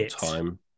time